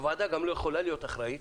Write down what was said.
הוועדה גם לא יכולה להיות אחראית